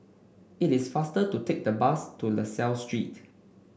it is faster to take the bus to La Salle Street